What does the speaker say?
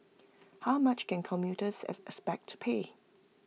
how much can commuters expect to pay